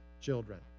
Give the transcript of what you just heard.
children